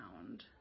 sound